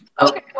Okay